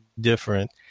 different